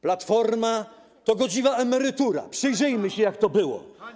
Platforma to godziwa emerytura, przyjrzyjmy się, jak to było.